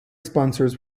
sponsors